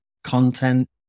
Content